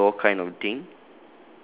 like at the door kind of thing